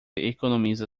economiza